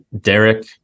Derek